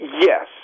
yes